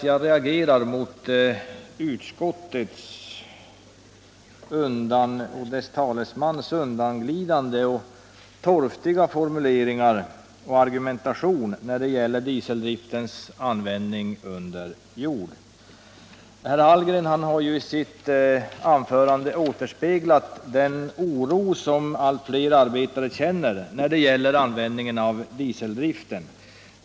Jag reagerar mot utskottets och dess talesmans undanglidande och torftiga formuleringar och argumentation när det gäller dieseldriftens användning under jord. Herr Hallgren har i sitt anförande återspeglat den oro som allt fler arbetare känner när det gäller användningen av dieseldriften.